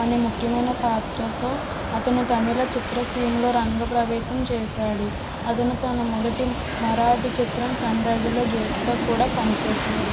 అనే ముఖ్యమైన పాత్రతో అతను తమిళ చిత్రసీమలో రంగప్రవేశం చేసాడు అతను తన మొదటి మరాఠీ చిత్రం సన్రైజ్లో జోసిగా కూడా పనిచేసాడు